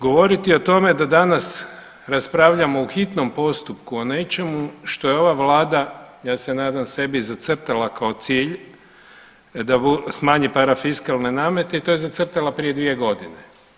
Govoriti o tome da danas raspravljamo u hitnom postupku o nečemu što je ova Vlada, ja se nadam sebi zacrtala kao cilj, da smanji parafiskalne namete, i to je zacrtala prije 2 godine.